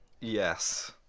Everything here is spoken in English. Yes